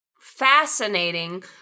fascinating